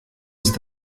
ist